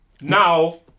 now